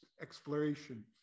Exploration